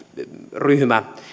ryhmä